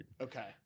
Okay